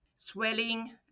swelling